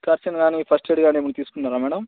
precaution కానీ first aid కానీ ఏమన్న తీసుకున్నారా మ్యాడమ్